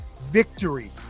victory